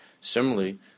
Similarly